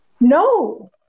No